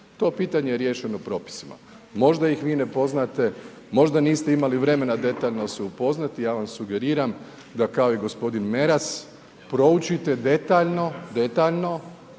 to pitanje je riješeno propisima, možda ih vi ne poznate, možda niste imali vremena detaljno se upoznate, ja vam sugeriram da kao i g. Meras proučite detaljno, detaljno,